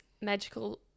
magical